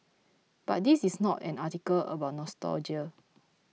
but this is not an article about nostalgia